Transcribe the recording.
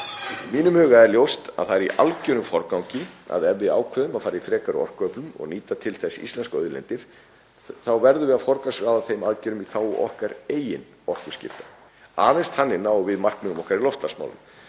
mínum huga er ljóst að það er í algerum forgangi að ef við ákveðum að fara í frekari orkuöflun og nýta til þess íslenskar auðlindir þá verðum við að forgangsraða þeim aðgerðum í þágu okkar eigin orkuskipta. Aðeins þannig náum við markmiðum okkar í loftslagsmálum.